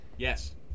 Yes